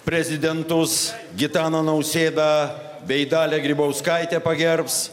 prezidentus gitaną nausėdą bei dalią grybauskaitę pagerbs